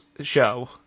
show